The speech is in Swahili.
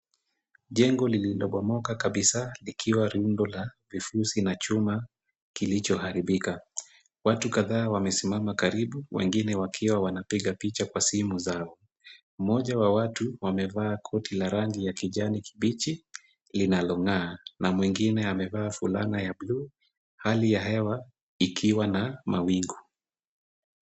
Jengo lililobomoka kabisa likiwa rundo la vifusi na chuma kilichoharibika. Watu kadhaa wamesimama karibu, wengine wakiwa wanapiga picha kwa simu zao. Mmoja wa watu amevaa koti la rangi ya kijani kibichi linalong'aa na mwingine amevaa fulana ya bluu, hali ya hewa ikiwa na mawingu.